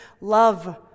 love